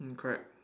mm correct